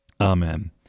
Amen